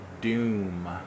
Doom